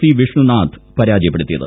C Vishnunath പരാജയപ്പെടുത്തിയത്